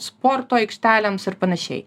sporto aikštelėms ir panašiai